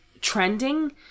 trending